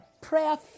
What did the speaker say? Prayer